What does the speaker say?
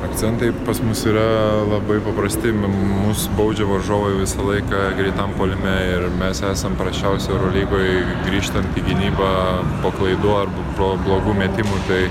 akcentai pas mus yra labai paprasti mus baudžia varžovai visą laiką greitam puolime ir mes esam prasčiausi eurolygoj grįžtant į gynybą po klaidų arba po blogų metimų tai